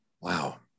Wow